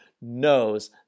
knows